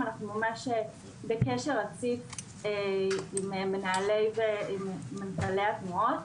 אנחנו בקשר רציף עם מנהלי התנועות.